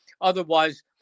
otherwise